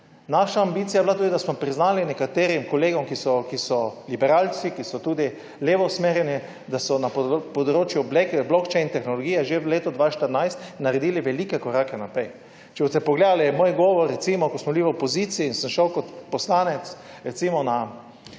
Naša ambicija je bila tudi, da smo priznali nekaterim kolegom, ki so liberalci, ki so tudi levo usmerjeni, da so na področju blockchain tehnologije že v letu 2014 naredili velike korake naprej. Če boste pogledali recimo moj govor, ko smo bili v opoziciji in sem šel kot poslanec na